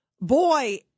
Boy